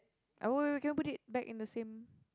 uh wait wait wait can you put it back in the same